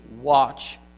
watch